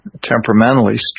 temperamentally